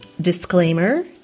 disclaimer